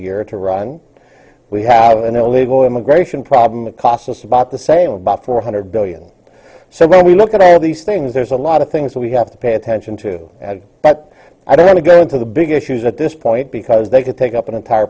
year to run we have an illegal immigration problem that cost us about the same about four hundred billion so when we look at all these things there's a lot of things that we have to pay attention to that i don't want to go into the bigger issues at this point because they could take up an entire